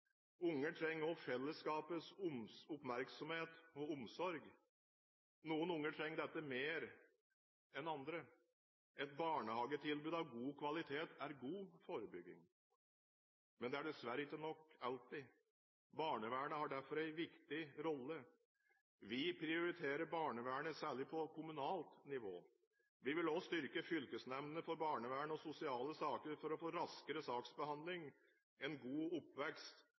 trenger også fellesskapets oppmerksomhet og omsorg. Noen unger trenger dette mer enn andre. Et barnehagetilbud av god kvalitet er god forebygging. Men det er dessverre ikke nok alltid. Barnevernet har derfor en viktig rolle. Vi prioriterer barnevernet, særlig på kommunalt nivå. Vi vil også styrke fylkesnemndene for barnevern og sosiale saker for å få raskere saksbehandling. En god oppvekst